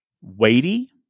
weighty